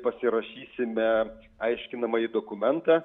pasirašysime aiškinamąjį dokumentą